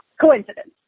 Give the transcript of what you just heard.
coincidence